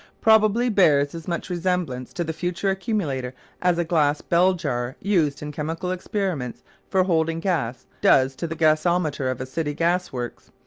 probably bears as much resemblance to the future accumulator as a glass bell-jar used in chemical experiments for holding gas does to the gasometer of a city gasworks,